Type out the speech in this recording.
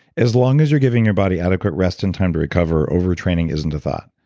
as long as you're giving your body adequate rest and time to recover, overtraining isn't a thought.